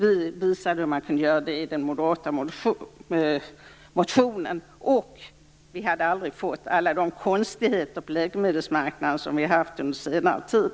Vi visade i den moderata motionen på hur det kunde göras. Då hade det aldrig blivit de konstigheter på läkemedelsmarknaden som har varit under senare tid.